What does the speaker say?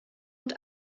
und